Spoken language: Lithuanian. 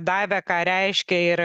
davė ką reiškia ir